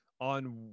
on